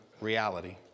reality